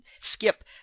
skip